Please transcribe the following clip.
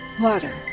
water